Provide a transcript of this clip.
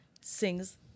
sings